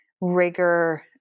rigor